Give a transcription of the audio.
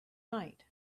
night